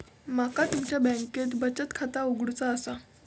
माका तुमच्या बँकेत बचत खाता उघडूचा असा?